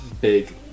big